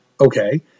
Okay